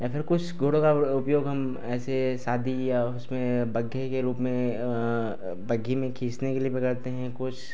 या फिर कुछ घोड़ों का उपयोग हम ऐसे शादी या उसमें बग्घे के रूप में बग्घी में खींचने के लिए भी करते हैं कुछ